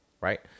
Right